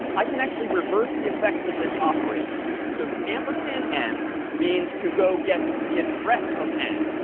i can actually reverse the effects of this operator. so ampersand n means to go get the address of n.